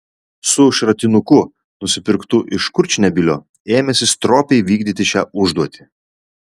su šratinuku nusipirktu iš kurčnebylio ėmėsi stropiai vykdyti šią užduotį